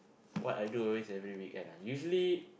what I do always every weekend ah usually